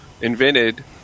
invented